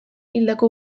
hildako